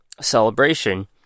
celebration